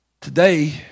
today